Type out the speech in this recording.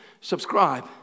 subscribe